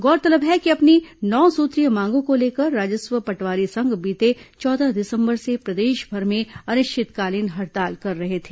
गौरतलब है कि अपनी नौ सूत्रीय मांगों को लेकर राजस्व पटवारी संघ बीते चौदह दिसम्बर से प्रदेशभर में अनिश्चितकालीन हड़ताल कर रहे थे